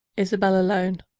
isabel alone.